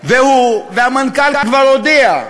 והמנכ"ל כבר הודיע,